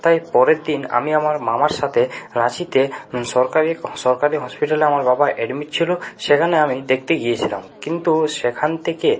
তার পরের দিন আমি আমার মামার সাথে রাঁচিতে সরকারি সরকারি হসপিটালে আমার বাবা অ্যাডমিট ছিল সেখানে আমি দেখতে গিয়েছিলাম কিন্তু সেখান থেকে